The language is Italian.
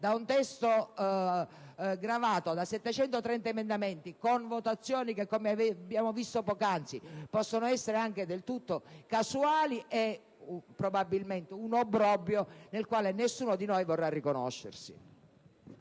da un testo gravato da 730 emendamenti, con votazioni che, come abbiamo visto poc'anzi, possono essere anche del tutto casuali, sarà probabilmente un obbrobrio nel quale nessuno di noi vorrà riconoscersi.